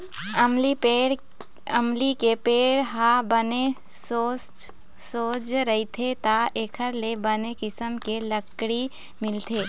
अमली के पेड़ ह बने सोझ सोझ रहिथे त एखर ले बने किसम के लकड़ी मिलथे